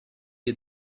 had